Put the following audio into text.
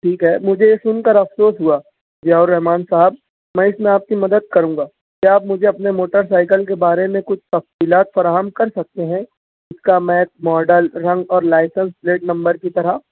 ٹھیک ہے مجھے یہ سن کر افسوس ہوا ضیاء الرحمن صاحب میں اس میں آپ کی مدد کروں گا کیا آپ مجھے اپنے موٹر سائیکل کے بارے میں کچھ تفصیلات فراہم کر سکتے ہیں جس کا میں ماڈل رنگ اور لائٹر پلیٹ نمبر کی طرح